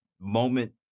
moment